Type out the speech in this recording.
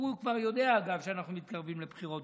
הוא כבר יודע, אגב, שאנחנו מתקרבים לבחירות.